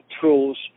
tools